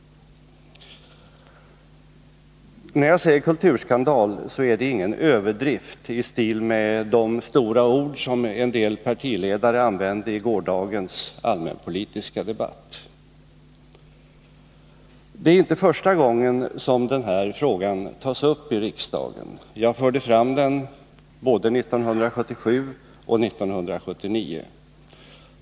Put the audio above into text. När jag säger kulturskandal är det ingen överdrift i stil med de stora ord som en del partiledare använde i gårdagens allmänpolitiska debatt. Det är inte första gången som den här frågan tas upp i riksdagen. Jag förde fram den både 1977 och 1979.